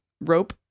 rope